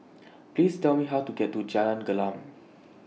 Please Tell Me How to get to Jalan Gelam